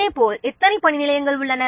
இதேபோல் எத்தனை பணிநிலையங்கள் உள்ளன